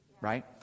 right